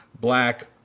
black